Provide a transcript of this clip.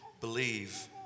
believe